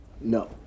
No